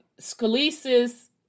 Scalise's